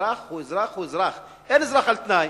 אזרח הוא אזרח הוא אזרח, אין אזרח על תנאי,